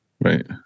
Right